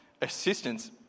assistance